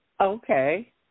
okay